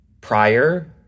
prior